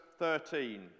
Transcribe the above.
13